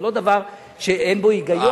זה לא דבר שאין בו היגיון,